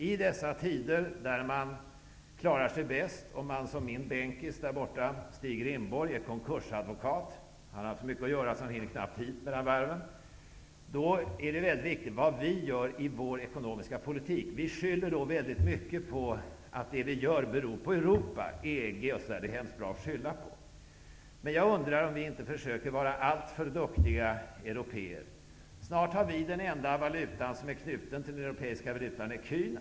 I dessa tider när man klarar sig bäst om man, som min bänkkamrat Stig Rindborg, är konkursadvokat -- han har haft så mycket att göra mellan varven att han knappt hunnit komma hit -- är det viktigt vad vi gör i vår ekonomiska politik. Vi skyller mycket av det vi gör på Europa och EG. De är mycket bra att skylla på. Men jag undrar om vi inte försöker vara alltför duktiga européer. Snart har vi den enda valuta som är knuten till den europeiska valutan: ecu:n.